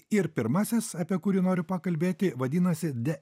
ir pirmasis apie kurį noriu pakalbėti vadinasi de